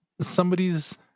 somebody's